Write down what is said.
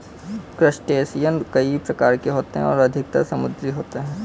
crustacean कई प्रकार के होते हैं और अधिकतर समुद्री होते हैं